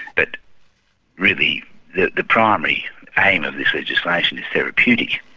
but really the the primary aim of this legislation is therapeutic.